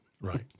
Right